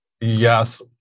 yes